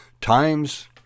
Times